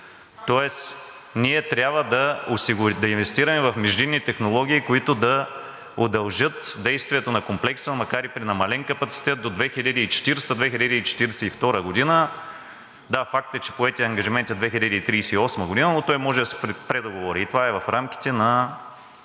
тоест ние трябва да инвестираме в междинни технологии, които да удължат действието на Комплекса, макар и при намален капацитет, до 2040 – 2042 г. Да, факт е, че поетият ангажимент е 2038 г., но той може да се предоговори, и това е в рамките на